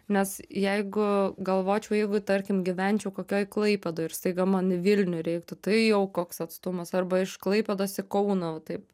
nes jeigu galvočiau jeigu tarkim gyvenčiau kokioj klaipėdoj ir staiga man į vilnių reiktų tai jau koks atstumas arba iš klaipėdos į kauną o taip